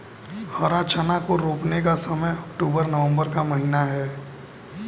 हरा चना को रोपने का समय अक्टूबर नवंबर का महीना है